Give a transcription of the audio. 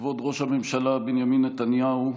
כבוד ראש הממשלה בנימין נתניהו,